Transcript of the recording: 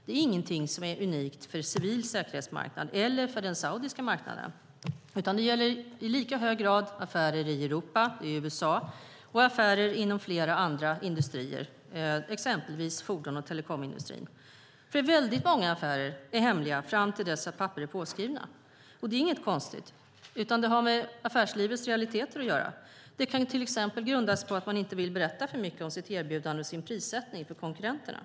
Det är ingenting som är unikt för civil säkerhetsmarknad eller för den saudiska marknaden. Det gäller i lika hög grad affärer i Europa och USA och affärer inom flera andra industrier, exempelvis fordons och telekomindustrin. Väldigt många affärer är hemliga fram till dess att papper är påskrivna. Det är inget konstigt. Det har med affärslivets realiteter att göra. Det kan till exempel grunda sig på att man inte vill berätta för mycket om sitt erbjudande och sin prissättning för konkurrenterna.